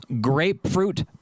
grapefruit